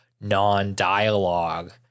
non-dialogue